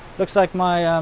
looks like my